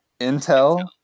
Intel